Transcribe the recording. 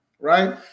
right